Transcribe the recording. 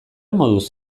moduz